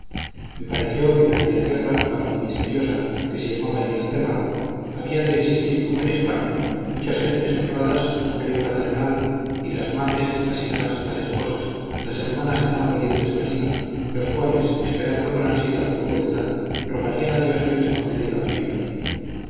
me pareció que en aquella tierra para mí misteriosa que se llamaba inglaterra habían de existir como en españa muchas gentes honradas un rey paternal y las madres las hijas las esposas las hermanas de tan valientes marinos los cuales esperando con ansiedad su vuelta rogarían a dios que les concediera la victoria